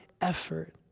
effort